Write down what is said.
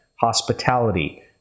hospitality